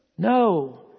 No